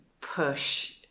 push